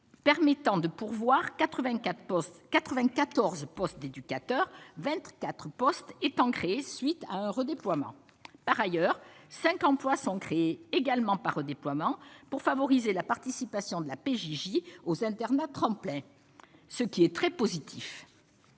permettant de pourvoir 84 postes 94 postes d'éducateurs 24 postes étant créée suite à un redéploiement par ailleurs 5 emplois sont créés également par redéploiement pour favoriser la participation de la PJJ aux internautes complet, ce qui est très positif,